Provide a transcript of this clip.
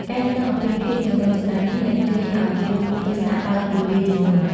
ការយល់ដឹងអំពីភាពចម្រូងចម្រាសនេះនឹងជួយឲ្យយើងមានទស្សនៈបើកទូលាយជាងមុន។